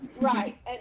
Right